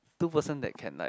two person that can like